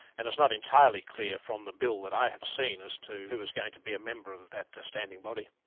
and it's not entirely clear from the bill that i have seen as to who is going to be a member of that standing body.